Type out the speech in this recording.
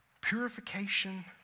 Purification